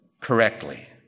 correctly